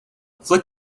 flick